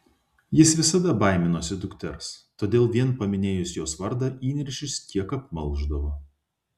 jis visada baiminosi dukters todėl vien paminėjus jos vardą įniršis kiek apmalšdavo